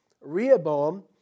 Rehoboam